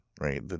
Right